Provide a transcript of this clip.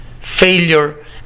Failure